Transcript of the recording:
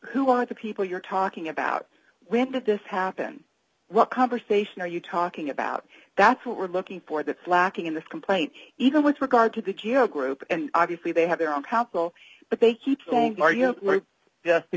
who are the people you're talking about when did this happen what conversation are you talking about that's what we're looking for that lacking in this complaint even with regard to the group and obviously they have their own helpful but they keep going are you